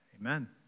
amen